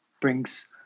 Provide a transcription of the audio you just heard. brings